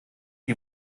die